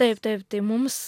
taip taip tai mums